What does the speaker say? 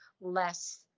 less